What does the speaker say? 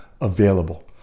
available